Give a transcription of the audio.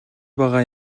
байгаа